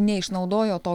neišnaudojo to